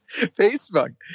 Facebook